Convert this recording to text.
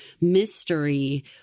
mystery